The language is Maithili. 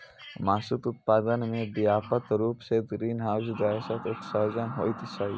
मासुक उत्पादन मे व्यापक रूप सं ग्रीनहाउस गैसक उत्सर्जन होइत छैक